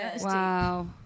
wow